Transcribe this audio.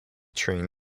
train